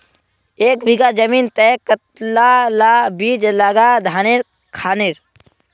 एक बीघा जमीन तय कतला ला बीज लागे धानेर खानेर?